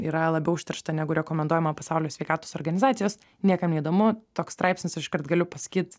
yra labiau užteršta negu rekomenduojama pasaulio sveikatos organizacijos niekam neįdomu toks straipsnis iškart galiu pasakyt